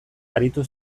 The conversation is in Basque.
aritu